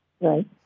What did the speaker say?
Right